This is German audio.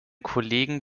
kollegen